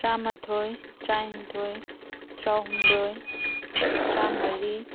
ꯇꯔꯥꯃꯥꯊꯣꯏ ꯇꯔꯥꯅꯤꯊꯣꯏ ꯇꯔꯥꯍꯨꯝꯗꯣꯏ ꯇꯔꯥꯃꯔꯤ